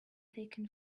taken